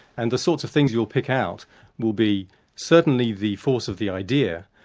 and the sorts of things you'll pick out will be certainly the force of the idea,